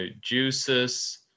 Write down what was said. juices